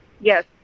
Yes